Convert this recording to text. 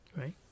right